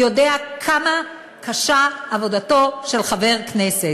יודע כמה קשה עבודתו של חבר כנסת.